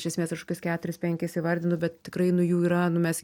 iš esmės aš kokius keturis penkis įvardino bet tikrai nu jų yra nu mes